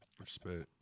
Respect